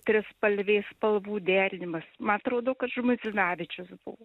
trispalvės spalvų derinimas ma atrodo kad žmuidzinavičius buvo